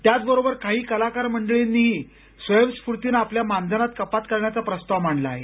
त्याचबरोबर काही कलाकार मंडळींनीही स्वयंस्फूर्तीनं आपल्या मानधनात कपात करण्याचा प्रस्ताव मांडला आहे